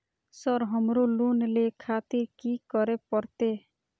Sir हमरो loan ले खातिर की करें परतें?